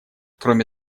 кроме